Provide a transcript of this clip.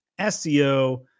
SEO